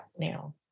now